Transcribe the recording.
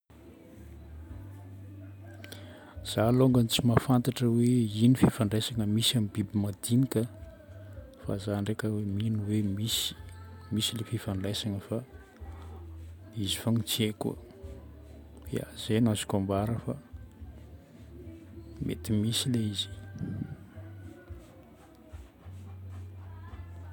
Za alôngany tsy mahafantatra hoe ino fifandraisana misy amin'ny biby madinika fa za ndraika mino hoe misy, misy ilay fifandraisana fa izy fôgna tsy haiko. Ya. Zay no azoko ambara fa mety misy ilay izy.